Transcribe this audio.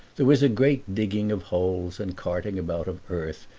there was a great digging of holes and carting about of earth,